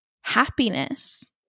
happiness